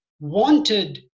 wanted